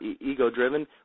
ego-driven